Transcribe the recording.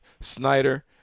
Snyder